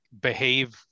behave